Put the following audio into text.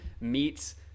meets